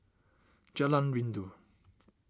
Jalan Rindu